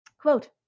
Quote